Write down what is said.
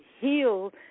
Heal